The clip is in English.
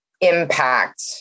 impact